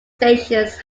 stations